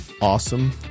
awesome